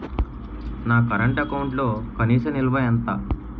నా కరెంట్ అకౌంట్లో కనీస నిల్వ ఎంత?